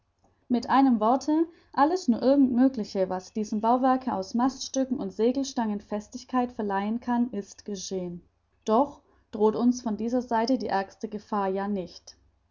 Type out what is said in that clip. mit einem worte alles nur irgend mögliche was diesem bauwerke aus maststücken und segelstangen festigkeit verleihen kann ist geschehen doch droht uns von dieser seite die ärgste gefahr ja nicht